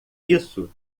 isso